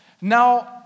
Now